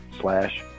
slash